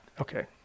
okay